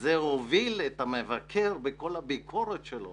זה הוביל את המבקר בכל הביקורת שלו